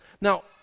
Now